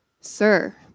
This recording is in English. Sir